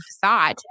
thought